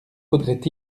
faudrait